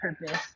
purpose